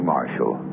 Marshall